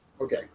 okay